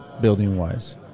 building-wise